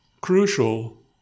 crucial